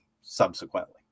subsequently